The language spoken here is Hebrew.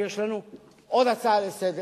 כי יש לנו עוד הצעה לסדר-היום,